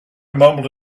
mumbled